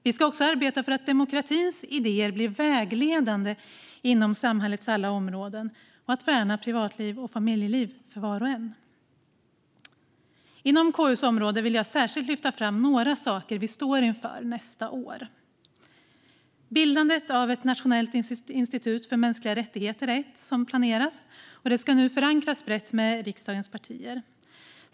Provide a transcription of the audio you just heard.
Vi ska också arbeta för att demokratins idéer blir vägledande inom samhällets alla områden och för att värna privatliv och familjeliv för var och en. Inom KU:s område vill jag särskilt lyfta fram några saker vi står inför nästa år. Bildandet av ett nationellt institut för mänskliga rättigheter planeras, och det ska nu förankras brett i riksdagens partier.